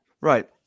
Right